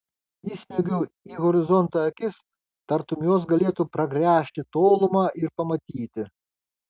įsmeigiau į horizontą akis tartum jos galėtų pragręžti tolumą ir pamatyti